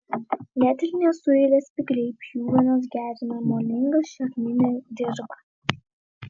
net ir nesuirę spygliai pjuvenos gerina molingą šarminę dirvą